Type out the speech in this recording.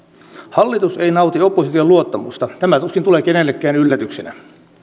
hallitus ei nauti opposition luottamusta tämä tuskin tulee kenellekään yllätyksenä